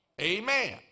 Amen